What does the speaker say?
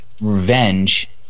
Revenge